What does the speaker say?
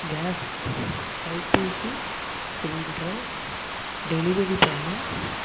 case LPG சிலிண்டரை delivery பண்ணும்